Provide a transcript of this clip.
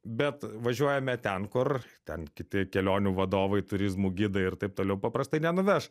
bet važiuojame ten kur ten kiti kelionių vadovai turizmų gidai ir taip toliau paprastai nenuveš